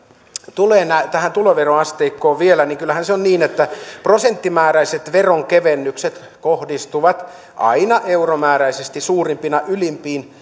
tulee tähän tuloveroasteikkoon vielä niin kyllähän se on niin että prosenttimääräiset veronkevennykset kohdistuvat aina euromääräisesti suurimpina ylimpiin